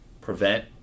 prevent